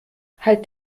halt